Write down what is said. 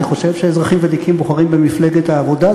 אני חושב שאזרחים ותיקים בוחרים במפלגת העבודה.